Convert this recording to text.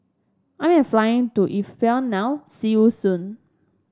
I am flying to Ethiopia now see you soon